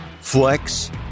flex